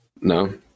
no